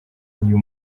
uyu